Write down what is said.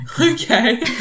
Okay